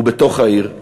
ובתוך העיר,